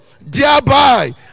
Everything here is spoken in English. thereby